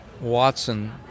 Watson